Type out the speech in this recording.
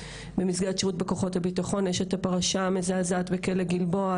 במסגרת שירות כוחות הביטחון יש את הפרשה המזעזעת בכלא גלבוע,